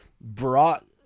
brought